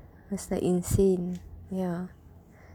it's like the insane ya